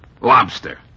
Lobster